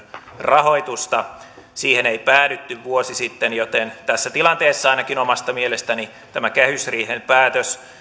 rahoitusta siihen ei päädytty vuosi sitten joten tässä tilanteessa ainakin omasta mielestäni tämä kehysriihen päätös